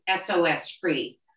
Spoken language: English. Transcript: SOS-free